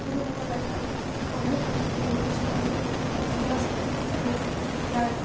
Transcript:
অসমীয়াসকলৰ এটা প্ৰধান সাংস্কৃতিক বৈশিষ্ট্য হৈছে মেখেলা চাদৰ আৰু ইয়াৰ